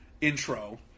intro